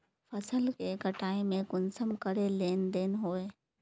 फसल के कटाई में कुंसम करे लेन देन होए?